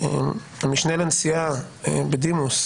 המשנה לנשיאה בדימוס,